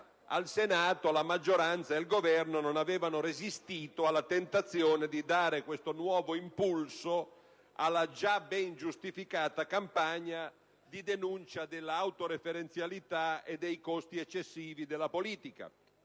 al Senato la maggioranza e il Governo non avevano resistito alla tentazione di dare questo nuovo impulso alla già ben giustificata campagna di denuncia dell'autoreferenzialità e dei costi eccessivi della politica.